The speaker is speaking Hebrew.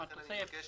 אגיש